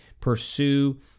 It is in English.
pursue